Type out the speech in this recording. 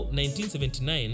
1979